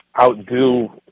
outdo